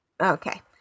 Okay